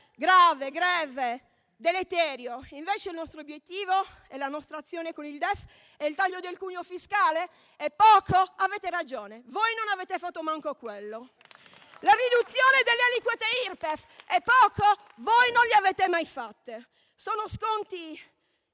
grave, greve e deleterio e invece il nostro obiettivo e la nostra azione con il DEF sono: il taglio del cuneo fiscale (è poco? Avete ragione, voi non avete fatto manco quello!); la riduzione delle aliquote IRPEF (è poco? Voi non l'avete mai fatta: sono sconti